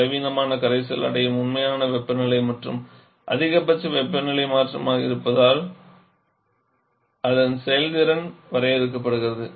பலவீனமான கரைசல் அடையும் உண்மையான வெப்பநிலை மாற்றம் அதிகபட்ச வெப்பநிலை மாற்றமாக இருப்பதால் அதன் செயல்திறன் வரையறுக்கப்படுகிறது